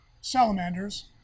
salamanders